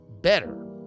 better